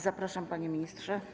Zapraszam, panie ministrze.